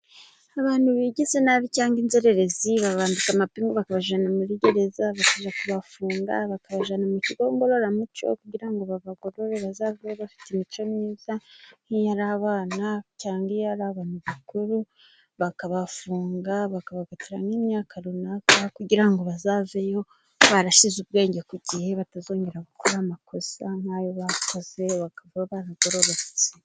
Abantu bigize nabi cyangwa inzererezi babambika amapingu, bakabajyana muri gereza bakajya kubafunga, bakabazana mu kigo ngororamuco, kugira ngo babagorore bazaveyo bafite imico myiza. Nk'iyo ari abana cyangwa iyo ari abantu bakuru, bakabafunga, bakabakatira nk'imyaka runaka, kugira ngo bazaveyo barashyize ubwenge ku gihe, batazongera gukora amakosa nk'ayo bakoze, bakaba baragororotse.